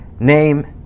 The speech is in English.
name